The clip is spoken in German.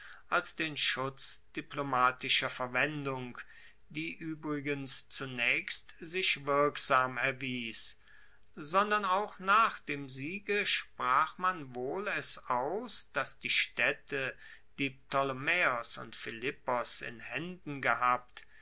als den schutz diplomatischer verwendung die uebrigens zunaechst sich wirksam erwies sondern auch nach dem siege sprach man wohl es aus dass die staedte die ptolemaeos und philippos in haenden gehabt